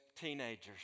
teenagers